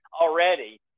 already